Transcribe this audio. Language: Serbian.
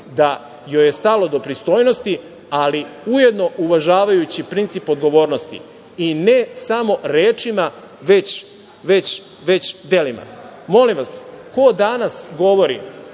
da joj je stalo do pristojnosti, ali ujedno uvažavajući princip odgovornosti i ne samo rečima, već delima. Molim vas, ko danas govori